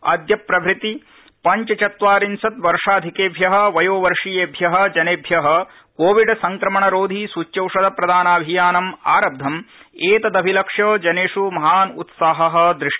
अद्य प्रभूति पञ्च चत्वारिशत् वर्षाधिकेभ्य वयोवर्शीयेभ्य जनेभ्य कोविड् संक्रमण रोधि सूच्यौषध प्रदानाभियानम् आरब्धम् एतदभिलक्ष्य जनेष् महान् उत्साह दृष्ट